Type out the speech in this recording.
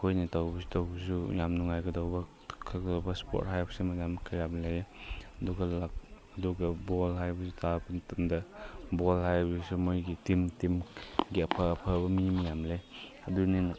ꯑꯩꯈꯣꯏꯅ ꯇꯧꯕꯁꯨ ꯌꯥꯝ ꯅꯨꯡꯉꯥꯏꯒꯗꯧꯕ ꯁ꯭ꯄꯣꯔꯠ ꯍꯥꯏꯕꯁꯨ ꯃꯌꯥꯝ ꯀꯌꯥꯝ ꯂꯩ ꯑꯗꯨꯒ ꯑꯗꯨꯒ ꯕꯣꯜ ꯍꯥꯏꯕꯁꯤ ꯇꯥꯕ ꯃꯇꯝꯗ ꯕꯣꯜ ꯍꯥꯏꯕꯁꯤꯁꯨ ꯃꯣꯏꯒꯤ ꯇꯤꯝ ꯇꯤꯝꯒꯤ ꯑꯐ ꯑꯐꯕ ꯃꯤ ꯃꯌꯥꯝ ꯂꯩ ꯑꯗꯨꯅꯤꯅ